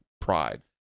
pride